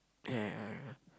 yeah yeah yeah